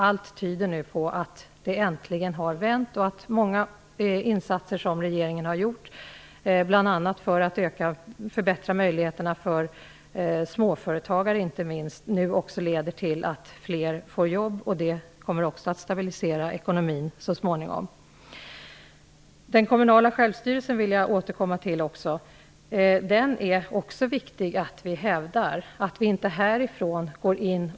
Allt tyder på att ekonomin äntligen har vänt och att många insatser som regeringen har gjort, bl.a. för att öka möjligheterna för småföretagare, nu leder till att fler får jobb. Det kommer att så småningom stabilisera ekonomin. Jag vill återkomma till frågan om den kommunala självstyrelsen. Det är viktigt at vi hävdar den kommunala självstyrelsen.